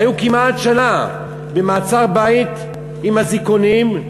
היו כמעט שנה במעצר-בית עם אזיקונים,